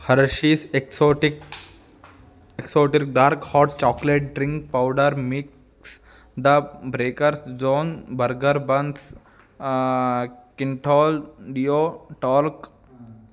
Hershey's exotic exotic dark hot chocolate drink powder mix the breakers zone burger buns Cinthol deo talc